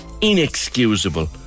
inexcusable